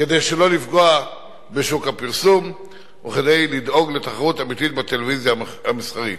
כדי שלא לפגוע בשוק הפרסום וכדי לדאוג לתחרות אמיתית בטלוויזיה המסחרית.